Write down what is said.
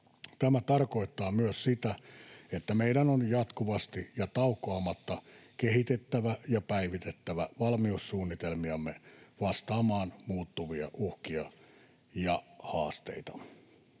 Tämä tarkoittaa myös sitä, että meidän on jatkuvasti ja taukoamatta kehitettävä ja päivitettävä valmiussuunnitelmiamme vastaamaan muuttuvia uhkia ja haasteita.